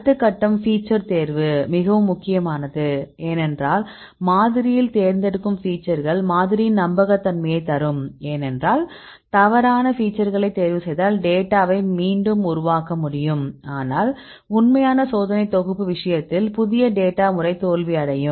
அடுத்த கட்டம் ஃபீச்சர் தேர்வு இது மிகவும் முக்கியமானது ஏனென்றால் மாதிரியில் தேர்ந்தெடுக்கும் ஃபீச்சர்கள் மாதிரியின் நம்பகத்தன்மையைத் தரும் ஏனெனில் தவறான ஃபீச்சர்களை தேர்வுசெய்தால் டேட்டாவை மீண்டும் உருவாக்க முடியும் ஆனால் உண்மையான சோதனை தொகுப்பு விஷயத்தில் புதிய டேட்டா முறை தோல்வியடையும்